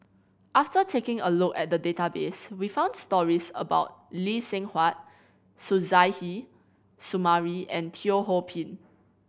after taking a look at the database we found stories about Lee Seng Huat Suzairhe Sumari and Teo Ho Pin